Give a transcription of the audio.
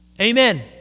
Amen